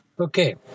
Okay